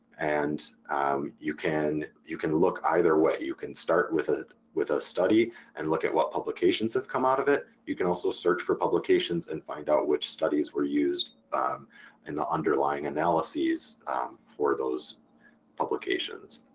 and um you can you can look either way. you can start with it with a study and look at what publications have come out of it, you can also search for publications and find out which studies were used in the underlying analyses for those publications.